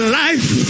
life